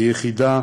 היחידה